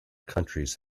countries